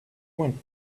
went